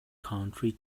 country